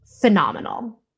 phenomenal